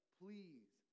please